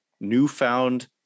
newfound